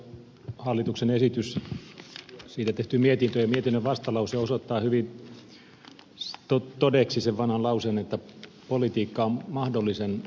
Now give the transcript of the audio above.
tämä keskustelu hallituksen esitys siitä tehty mietintö ja mietinnön vastalause osoittavat hyvin todeksi sen vanhan lauseen että politiikka on mahdollisen taidetta